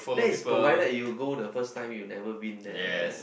that is provided you go the first time you never been there